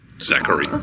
Zachary